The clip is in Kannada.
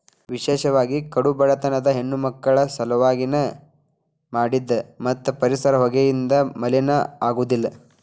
ವಿಶೇಷವಾಗಿ ಕಡು ಬಡತನದ ಹೆಣ್ಣಮಕ್ಕಳ ಸಲವಾಗಿ ನ ಮಾಡಿದ್ದ ಮತ್ತ ಪರಿಸರ ಹೊಗೆಯಿಂದ ಮಲಿನ ಆಗುದಿಲ್ಲ